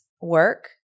work